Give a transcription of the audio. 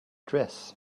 dress